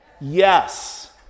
Yes